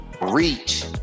reach